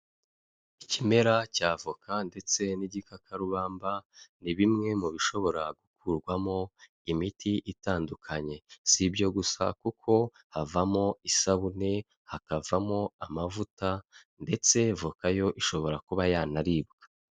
Ikimera cy'avoka ndetse n'igikakarubamba, ni bimwe mu bishobora gukurwamo imiti itandukanye, si ibyo gusa kuko havamo isabune, hakavamo amavuta ndetse voka yo ishobora kuba yanaribwa.